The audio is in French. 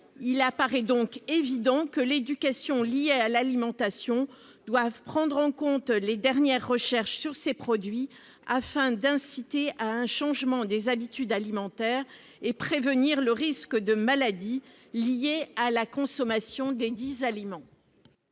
Il apparaît donc évident que l'éducation liée à l'alimentation doit prendre en compte les dernières recherches sur ces produits, afin d'inciter à un changement des habitudes alimentaires et de prévenir le risque de maladies liées à la consommation desdits aliments.